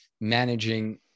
managing